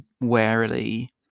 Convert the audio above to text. warily